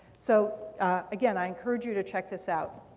so again, i encourage you to check this out.